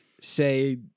say